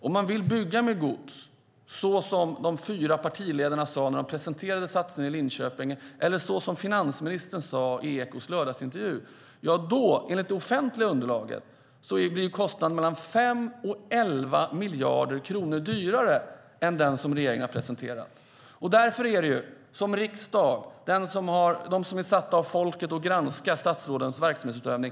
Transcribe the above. Om man vill bygga med godstrafik, så som de fyra partiledarna sade när de presenterade satsningen i Linköping eller så som finansministern sade i Ekots lördagsintervju, blir enligt det offentliga underlaget kostnaderna 5-11 miljarder kronor mer än det som regeringen har presenterat. Riksdagen är satt av folket att granska statsrådens verksamhetsutövning.